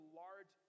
large